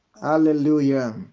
Hallelujah